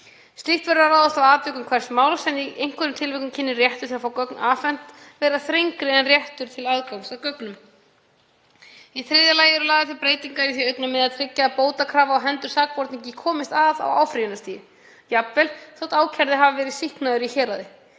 Slíkt verður að ráðast af atvikum hvers máls en í einhverjum tilvikum kynni réttur til að fá gögn afhent að vera þrengri en réttur til aðgangs að gögnum. Í þriðja lagi eru lagðar til breytingar í því augnamiði að tryggja að bótakrafa á hendur sakborningi komist að á áfrýjunarstigi, jafnvel þótt ákærði hafi verið sýknaður í héraði.